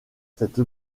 cette